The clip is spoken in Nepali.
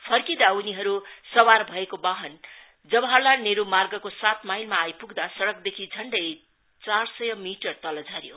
फर्किदा उनीहरू सवार भएको वाहन जवाहरलाल नेहरू मार्गको सात माईलमा आउपुग्दा सड़कदेखि झण्डै चारसय मिटर तल झर्यो